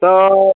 तो